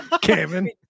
Kevin